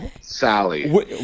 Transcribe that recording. Sally